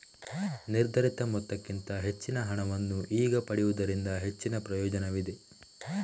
ನಿರ್ಧರಿತ ಮೊತ್ತಕ್ಕಿಂತ ಹೆಚ್ಚಿನ ಹಣವನ್ನು ಈಗ ಪಡೆಯುವುದರಿಂದ ಹೆಚ್ಚಿನ ಪ್ರಯೋಜನವಿದೆ